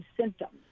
symptoms